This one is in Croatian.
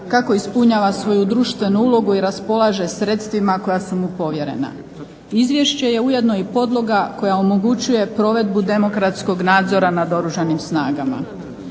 kako ispunjava svoju društvenu ulogu i raspolaže sredstvima koja su mu povjerena. Izvješće je ujedno i podloga koja omogućava provedbu demokratskog nadzora nad Oružanim snagama.